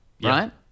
right